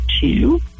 two